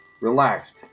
relaxed